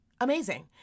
Amazing